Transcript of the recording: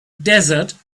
desert